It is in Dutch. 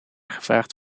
gevraagd